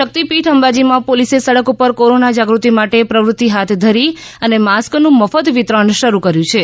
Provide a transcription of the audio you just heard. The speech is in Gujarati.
શક્તિપીઠ અંબાજીમાં પોલીસે સડક ઉપર કોરોના જાગૃતિ માટે પ્રવૃતિ હાથ ધરી અને માસ્કનું મફત વિતરણ કર્યું હતું